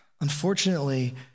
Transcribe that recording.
unfortunately